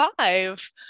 five